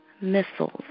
missiles